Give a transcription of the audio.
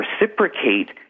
reciprocate